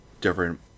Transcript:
different